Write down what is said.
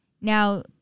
Now